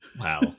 Wow